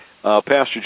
Pastor